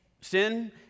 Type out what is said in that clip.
sin